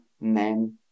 men